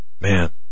man